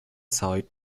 side